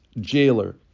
jailer